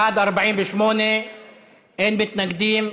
בעד, 48. אין מתנגדים,